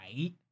right